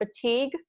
fatigue